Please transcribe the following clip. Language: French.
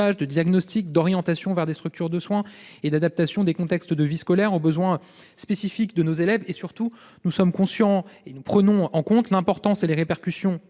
de diagnostic, d'orientation vers des structures de soins et d'adaptation des contextes de vie scolaire aux besoins spécifiques de nos élèves. Surtout, nous avons conscience et prenons en compte l'importance et les répercussions